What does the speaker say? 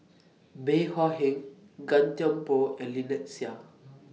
Bey Hua Heng Gan Thiam Poh and Lynnette Seah